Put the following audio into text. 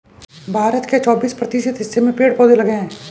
भारत के चौबिस प्रतिशत हिस्से में पेड़ पौधे लगे हैं